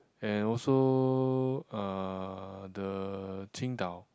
and also uh the Qingdao